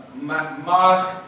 Mosque